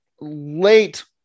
late